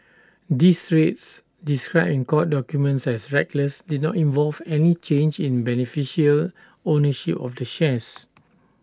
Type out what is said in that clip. these trades described in court documents as reckless did not involve any change in beneficial ownership of the shares